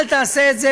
אל תעשה את זה.